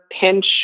pinch